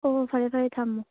ꯍꯣꯍꯣꯏ ꯐꯔꯦ ꯐꯔꯦ ꯊꯝꯃꯣ